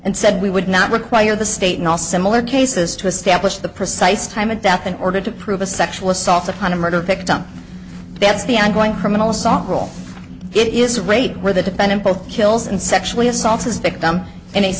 and said we would not require the state in all similar cases to establish the precise time of death in order to prove a sexual assault upon a murder victim that's the ongoing criminal assault role it is rate where the defendant both kills and sexually assaults is victim in a